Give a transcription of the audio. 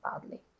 badly